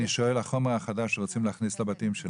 אני שואל על החומר החודש שרוצים להכניס לבתים שלנו.